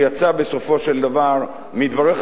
שיצא בסופו של דבר מדבריך,